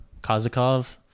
Kazakov